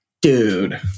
Dude